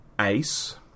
ace